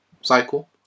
cycle